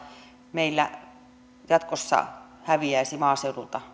meillä jatkossa häviäisi maaseudulta